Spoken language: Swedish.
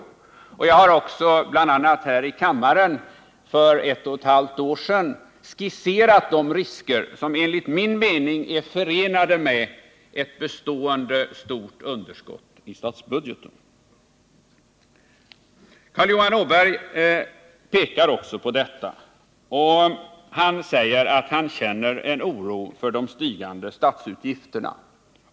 Också jag har, bl.a. här i kammaren för ett och ett halvt år sedan, skisserat de risker som enligt min mening är förenade med ett bestående stort underskott i statsbudgeten. Även Carl Johan Åberg pekar på detta och säger att han känner en oro för de stigande statsutgifterna.